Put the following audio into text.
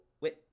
wait